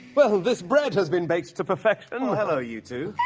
well this bread has been baked to perfection oh hello you two!